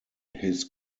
his